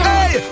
Hey